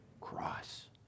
cross